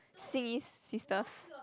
Xin Yi's sisters